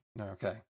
Okay